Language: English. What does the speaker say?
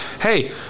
hey